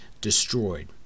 destroyed